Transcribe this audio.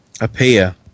appear